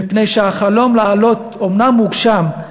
מפני שהחלום לעלות אומנם הוגשם,